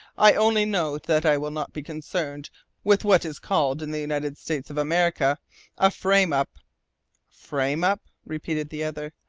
i only know that i will not be concerned with what is called in the united states of america a frame up frame up? repeated the other.